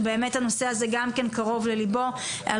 שבאמת הנושא הזה גם כן קרוב לליבו על